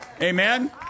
Amen